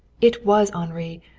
it was henri!